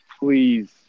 Please